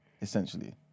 Essentially